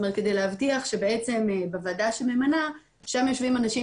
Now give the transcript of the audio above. זאת אומרת כדי להבטיח שבוועדה שממנה שם יושבים אנשים